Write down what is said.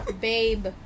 babe